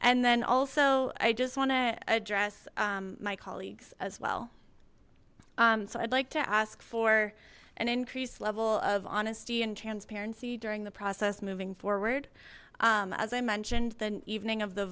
and then also i just want to address my colleagues as well um so i'd like to ask for an increased level of honesty and transparency during the process moving forward as i mentioned the evening of the